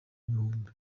ibihumbi